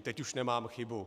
Teď už nemám chybu.